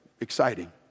exciting